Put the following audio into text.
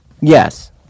yes